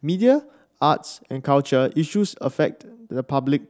media arts and culture issues affect the public